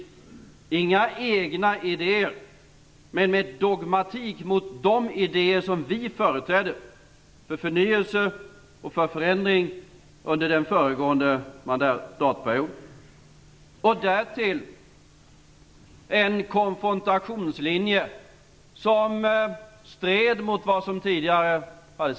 Man har inte fört fram några egna idéer, men man har dogmatiskt vänt sig mot de idéer som vi företrädde om förnyelse och förändring under den föregående mandatperioden. Därtill företräder man en konfrontationslinje som strider mot vad som har sagts tidigare.